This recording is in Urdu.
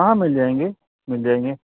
ہاں مل جائیں گے مل جائیں گے